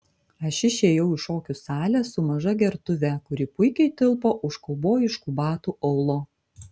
aš įėjau į šokių salę su maža gertuve kuri puikiai tilpo už kaubojiškų batų aulo